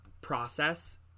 process